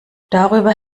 darüber